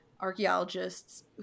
archaeologists